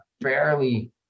barely